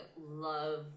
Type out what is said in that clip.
love